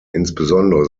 insbesondere